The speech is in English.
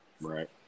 Right